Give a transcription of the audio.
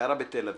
גרה בתל אביב.